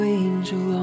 angel